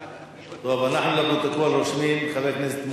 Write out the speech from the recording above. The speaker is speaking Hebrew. טוב, אנחנו רושמים לפרוטוקול שחבר הכנסת מולה,